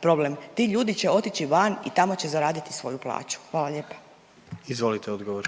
problem, ti ljudi će otić van i tamo će zaraditi svoju plaću. Hvala lijepa. **Jandroković,